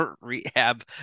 rehab